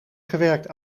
gewerkt